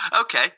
Okay